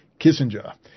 Kissinger